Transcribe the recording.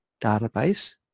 database